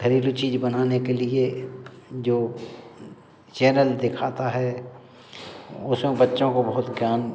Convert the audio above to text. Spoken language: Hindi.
घरेलू चीज़ बनाने के लिए जो चैनल दिखाता है उसमें बच्चों को बहुत ज्ञान